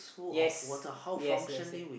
yes yes yes